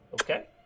okay